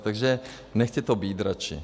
Takže nechte to být radši.